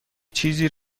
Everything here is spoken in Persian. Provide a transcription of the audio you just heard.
چیزی